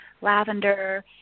Lavender